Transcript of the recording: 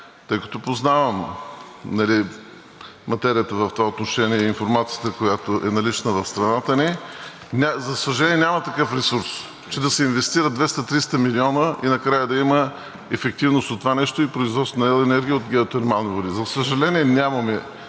тъй като познавам материята в това отношение и информацията, която е налична. В страната ни, за съжаление, няма такъв ресурс, че да се инвестират 200 – 300 милиона и накрая да има ефективност от това нещо – производството на ел. енергия от геотермални води. За съжаление, нямаме